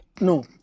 No